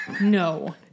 no